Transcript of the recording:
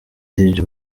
djs